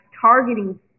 targeting